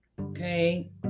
Okay